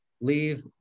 leave